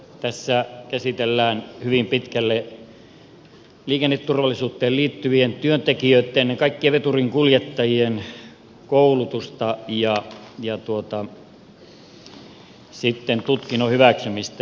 tässä käsitellään hyvin pitkälle liikenneturvallisuuteen liittyvien työntekijöitten ja kaikkien veturinkuljettajien koulutusta ja tutkinnon hyväksymistä